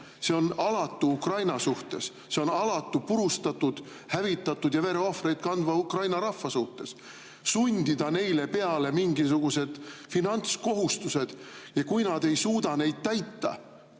See on alatu Ukraina suhtes, see on alatu purustatud, hävitatud ja vereohvreid kandva Ukraina rahva suhtes, et sundida neile peale mingisugused finantskohustused ja kui nad ei suuda neid täita,